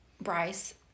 Bryce